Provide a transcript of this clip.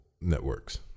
networks